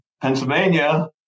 Pennsylvania